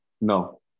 No